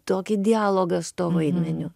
tokį dialogą su tuo vaidmeniu